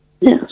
Yes